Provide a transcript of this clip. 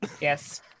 Yes